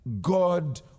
God